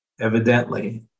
evidently